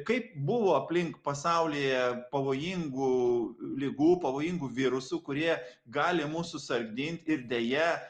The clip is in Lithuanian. kaip buvo aplink pasaulyje pavojingų ligų pavojingų virusų kurie gali mus susargdint ir deja